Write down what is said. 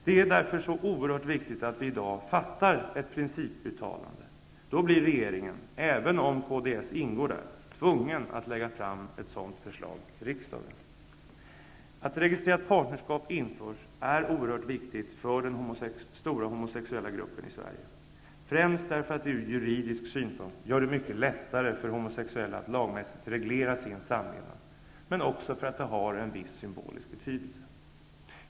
Det är därför oerhört viktigt att riksdagen i dag gör ett principuttalande. Då blir regeringen, även om kds ingår där, tvungen att lägga fram ett sådant förslag till riksdagen. Att registrerat partnerskap införs är oerhört viktigt för den stora homosexuella gruppen i Sverige, främst därför att det ur juridisk synpunkt gör det mycket lättare för homosexuella att lagmässigt reglera sin samlevnad men också för att det har en viss symbolisk betydelse.